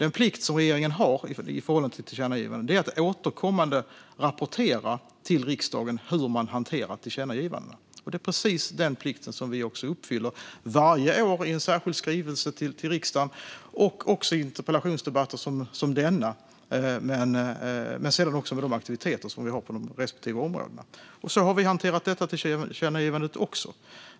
Den plikt som vi i regeringen har i förhållande till tillkännagivandena är att återkommande rapportera till riksdagen hur vi hanterar dem. Precis den plikten uppfyller vi också varje år i en särskild skrivelse till riksdagen och även i interpellationsdebatter som denna men också i de aktiviteter som vi har på de respektive områdena. Så har vi hanterat också dessa tillkännagivanden.